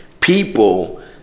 people